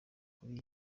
kuri